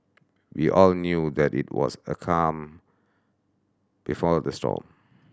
we all knew that it was a calm before the storm